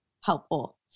helpful